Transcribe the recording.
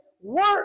work